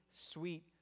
sweet